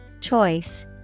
Choice